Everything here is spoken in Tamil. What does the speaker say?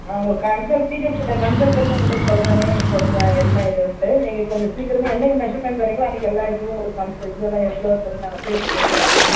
நாங்கள் கன்சல்ட் டீச்சர்ஸ்கிட்ட கன்சல்ட் பண்ணிட்டு உங்கள்கிட்ட சொல்கிறனே சொல்கிறேன் என்ன ஏதுன்ட்டு நீங்கள் கொஞ்சம் சீக்கிரம் என்றைக்கி மெஷர்மெண்ட் வரீங்களோ அன்றைக்கி எல்லா இதுவும் உங்களுக்கு கன்ஸ் இதுவெல்லாம் எவ்வளோன்றது நாங்கள் பேசி சொல்லிடறோமே